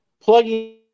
plugging